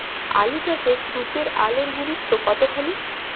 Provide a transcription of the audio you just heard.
আলু চাষে সূর্যের আলোর গুরুত্ব কতখানি?